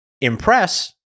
impress